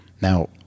Now